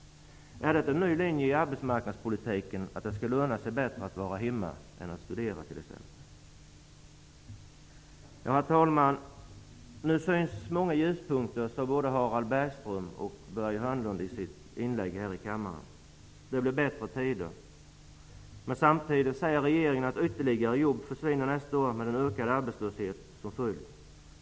Är det en ny linje i arbetsmarknadspolitiken att det skall löna sig bättre att stanna hemma än att studera? Herr talman! Nu syns många ljuspunkter, sade både Harald Bergström och Börje Hörnlund i sina inlägg här i kammaren. Det blir bättre tider. Men samtidigt säger regeringen att ytterligare jobb försvinner nästa år med en ökad arbetslöshet som följd.